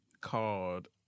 Called